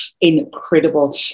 incredible